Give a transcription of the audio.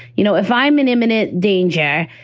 you know, if i'm in imminent danger,